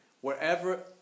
wherever